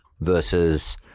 versus